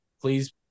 please